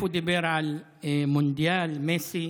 הוא דיבר על מונדיאל, מסי,